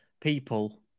people